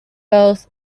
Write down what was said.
both